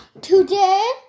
today